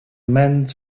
meant